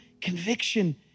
conviction